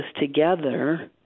together